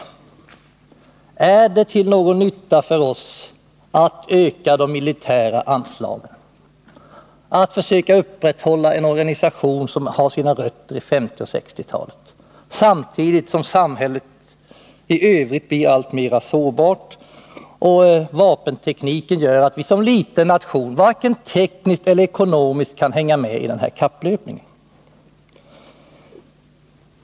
Onsdagen den Är det till någon nytta för oss att öka de militära anslagen, att försöka — 10 december 1980 upprätthålla en organisation som har sina rötter i 1950 och 1960-talen, samtidigt som samhället i övrigt blir alltmer sårbart och vapentekniken gör Besparingar inom att Sverige som liten nation varken tekniskt eller ekonomiskt kan hänga med försvarsdepartei kapplöpningen?